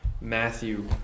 Matthew